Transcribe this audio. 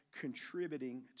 contributing